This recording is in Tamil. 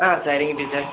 ஆ சரிங்க டீச்சர்